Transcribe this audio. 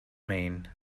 mean